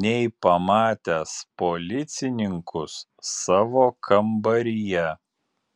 nei pamatęs policininkus savo kambaryje